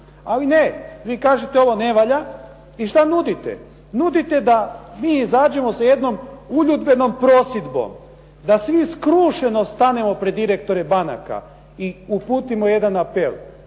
Ali ne, vi kažete ovo ne valja. I šta nudite? Nudite da mi izađemo sa jednom uljudbenom prosidbom, da svi skrušeno stanemo pred direktore banaka i uputimo jedan apel.